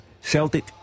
Celtic